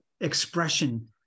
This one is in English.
Expression